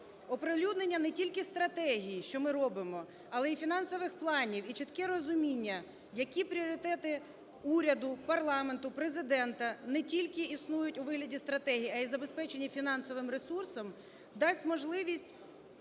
Оприлюднення не тільки стратегії, що ми робимо, але й фінансових планів, і чітке розуміння, які пріоритети уряду, парламенту, Президента не тільки існують у вигляді стратегій, а й забезпечення фінансовим ресурсом, дасть можливість